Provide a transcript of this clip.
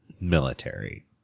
Military